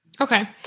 Okay